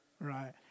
right